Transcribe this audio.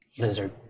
lizard